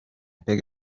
beg